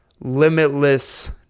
limitless